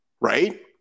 Right